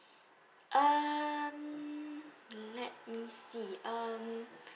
um let me see um